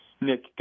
Nick